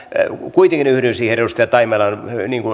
kuitenkin yhdyn edustaja taimelan